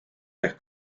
ehk